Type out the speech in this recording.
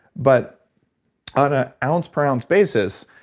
but on a ounce per ounce basis,